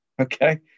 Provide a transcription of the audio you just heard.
okay